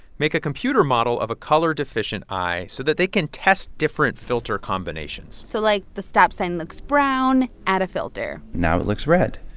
make a computer model of a color-deficient eye so that they can test different filter combinations so like, the stop sign looks brown, add a filter now it looks red.